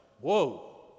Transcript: whoa